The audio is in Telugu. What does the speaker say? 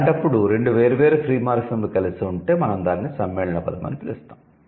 అలాంటప్పుడు రెండు వేర్వేరు 'ఫ్రీ మార్ఫిమ్'లు కలిసి ఉంటే మనం దానిని సమ్మేళన పదo అని పిలుస్తాము